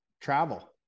travel